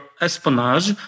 espionage